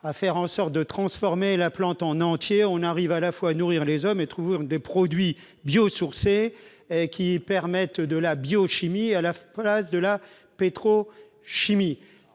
faite. Lorsque l'on transforme la plante en entier, on arrive à la fois à nourrir les hommes et à trouver des produits biosourcés qui permettent de pratiquer la biochimie à la place de la pétrochimie.